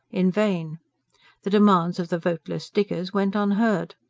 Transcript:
in vain the demands of the voteless diggers went unheard.